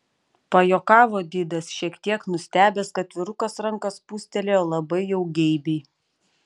pajuokavo didas šiek tiek nustebęs kad vyrukas ranką spūstelėjo labai jau geibiai